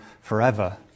forever